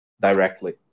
directly